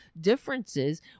differences